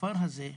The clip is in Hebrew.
בכפר הזה.